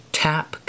tap